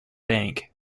bank